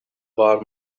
var